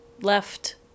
left